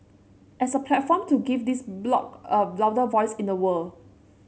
as a platform to give this bloc a louder voice in the world